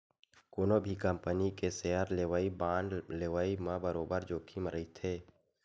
कोनो भी कंपनी के सेयर लेवई, बांड लेवई म बरोबर जोखिम रहिथे